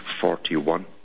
41